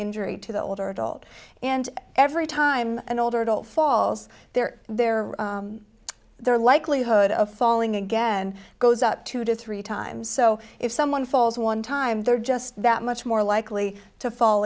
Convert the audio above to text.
injury to the older adult and every time an older adult falls there their their likelihood of falling again goes up two to three times so if someone falls one time they're just that much more likely to fall